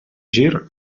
gir